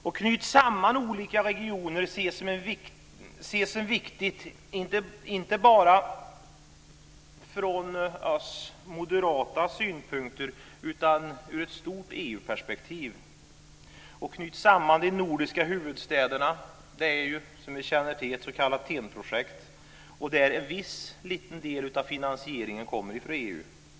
Att knyta samman olika regioner ses som viktigt, inte bara för oss som har moderata synpunkter utan också ur ett stort EU-perspektiv. Att knyta samman de nordiska huvudstäderna är, som ni känner till, ett s.k. TEN-projekt där en viss liten del av finansieringen kommer från EU.